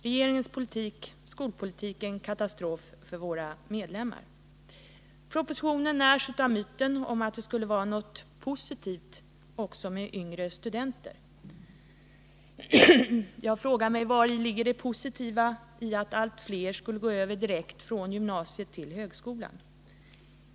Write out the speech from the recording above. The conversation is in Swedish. Regeringens skolpolitik är en katastrof för medlemmarna. Propositionen närs av myten om att det skulle vara något positivt också med yngre studenter. Jag frågar mig vari det positiva ligger, om allt fler skulle gå över direkt från gymnasiet till högskolan.